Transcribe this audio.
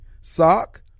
Sock